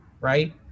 right